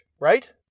right